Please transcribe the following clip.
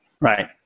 Right